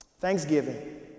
Thanksgiving